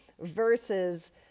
versus